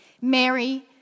Mary